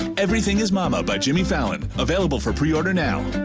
everything is mama by jimmy fallon, available for preorder now.